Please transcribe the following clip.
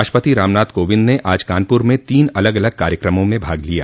राष्ट्रपति रामनाथ कोविंद ने आज कानपुर में तीन अलग अलग कार्यक्रमों में भाग लिया